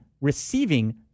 receiving